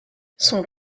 son